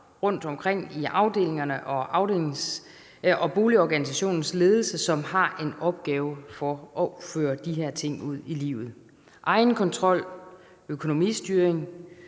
rundtomkring i afdelingerne og boligorganisationens ledelse, som har en opgave med at føre de her ting ud i livet. Egenkontrol, økonomistyring,